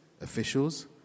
officials